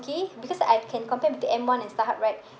okay because I can compare with the M one and Starhub right